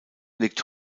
liegt